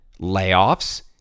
layoffs